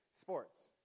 Sports